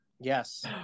Yes